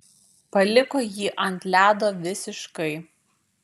paliko jį ant ledo visiškai